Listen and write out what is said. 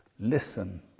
Listen